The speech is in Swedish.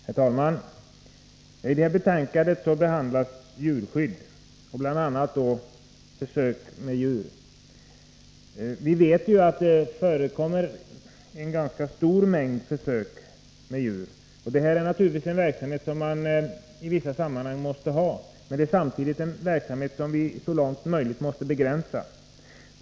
Herr talman! Jordbruksutskottets betänkande nr 12 handlar om djurskydd och då bl.a. om försök med djur. Vi vet ju att det förekommer en ganska stor mängd försök med djur. Det är naturligtvis en verksamhet som måste förekomma i vissa sammanhang men som vi så långt som det är möjligt måste begränsa.